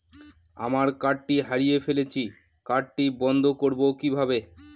আমার কার্ডটি হারিয়ে ফেলেছি কার্ডটি বন্ধ করব কিভাবে?